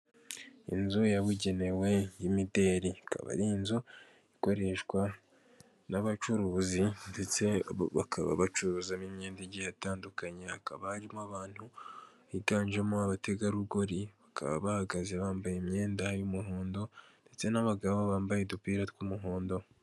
Mu Rwanda hari utubari tugiye dutandukanye twinshi, utubari two mu Rwanda dukomeje guterimbere bitewe na serivise nziza tugenda dutanga, ahangaha hari intebe nziza abaturage bashobora kuba bakwicaramo ushobora kuba wasohokana n'abawe ndetse mukahagirira ibihe byiza kuko bababafite ibinyobwa bitandukanye.